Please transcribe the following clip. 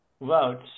votes